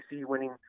winning